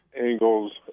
angles